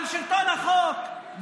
על שלטון החוק,